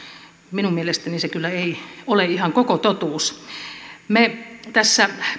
minun mielestäni se kyllä ei ole ihan koko totuus me tässä